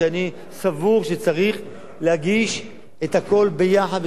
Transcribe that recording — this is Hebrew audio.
כי אני סבור שצריך להגיש את הכול יחד,